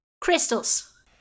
Crystals